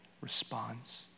responds